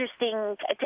interesting